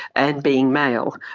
and being male,